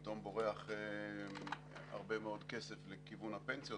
פתאום בורח הרבה מאוד כסף לכיוון הפנסיות,